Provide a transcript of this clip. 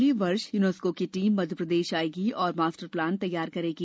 अगले वर्ष यूनेस्को की टीम मध्यप्रदेश आएगी और मास्टर प्लान तैयार करेगी